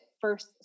first